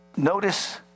Notice